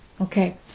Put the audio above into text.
Okay